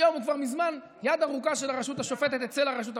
היום הוא כבר מזמן יד ארוכה של הרשות השופטת אצל הרשות המבצעת.